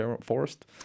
forest